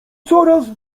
coraz